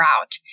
out